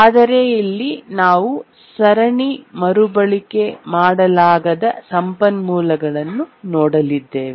ಆದರೆ ಇಲ್ಲಿ ನಾವು ಸರಣಿ ಮರುಬಳಕೆ ಮಾಡಲಾಗದ ಸಂಪನ್ಮೂಲಗಳನ್ನು ನೋಡಲಿದ್ದೇವೆ